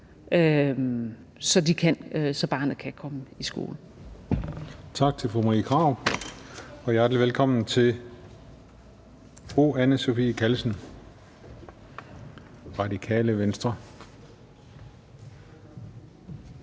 (Christian Juhl): Tak til fru Marie Krarup. Og hjertelig velkommen til fru Anne Sophie Callesen, Radikale Venstre